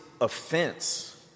offense